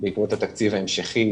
בעקבות התקציב ההמשכי,